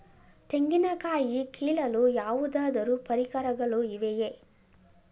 ತೆಂಗಿನ ಕಾಯಿ ಕೀಳಲು ಯಾವುದಾದರು ಪರಿಕರಗಳು ಇವೆಯೇ?